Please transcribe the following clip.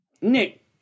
Nick